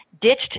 ditched